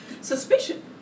suspicion